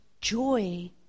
joy